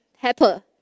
pepper